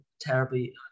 terribly